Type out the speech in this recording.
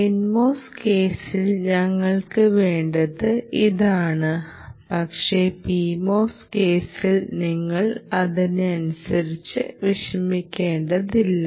NMOS കേസിൽ ഞങ്ങൾക്ക് വേണ്ടത് ഇതാണ് പക്ഷേ PMOS കേസിൽ നിങ്ങൾ അതിനെക്കുറിച്ച് വിഷമിക്കേണ്ടതില്ല